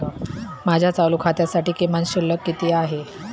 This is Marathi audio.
माझ्या चालू खात्यासाठी किमान शिल्लक किती आहे?